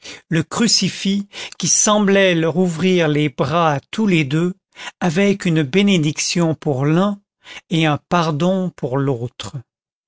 le crucifix qui semblait leur ouvrir les bras à tous les deux avec une bénédiction pour l'un et un pardon pour l'autre